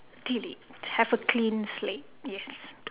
delete have a clean slate yes